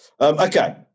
Okay